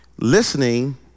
Listening